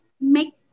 make